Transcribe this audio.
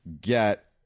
get